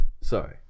Sorry